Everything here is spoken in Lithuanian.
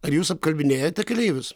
ar jūs apkalbinėjate keleivius